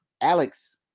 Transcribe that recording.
Alex